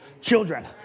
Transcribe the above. children